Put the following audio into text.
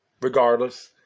regardless